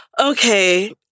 Okay